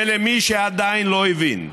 למי שעדיין לא הבין,